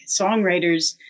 songwriters